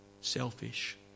selfish